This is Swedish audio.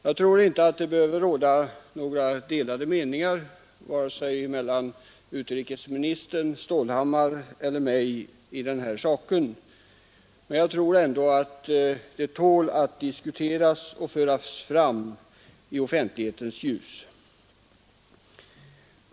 Jag tror inte att det behöver råda några delade meningar i det här fallet mellan vare sig utrikesministern, herr Stålhammar eller mig, men jag tror ändå att frågan tål att diskuteras och föras fram i offentlighetens ljus.